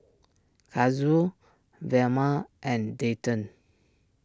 Kazuo Velma and Dayton